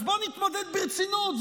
אז בואו נתמודד ברצינות,